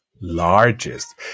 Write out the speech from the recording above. largest